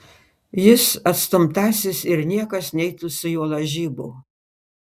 jis atstumtasis ir niekas neitų su juo lažybų